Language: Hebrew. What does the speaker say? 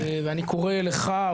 אני קורא לך,